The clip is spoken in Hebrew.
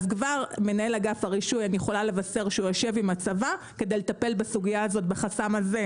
אני יכולה לבשר כבר שמנהל אגף הרישוי יושב עם הצבא כדי לטפל בחסם הזה.